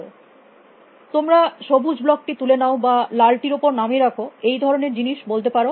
সুতরাং তোমরা সবুজ ব্লক টি তুলে নাও বা লাল টির উপর নামিয়ে রাখো এই ধরনের জিনিস বলতে পারো